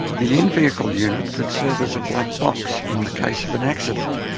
the in-vehicle unit could serve as a black box in the case of an accident.